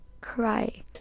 cry